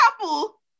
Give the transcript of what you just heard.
couple